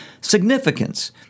significance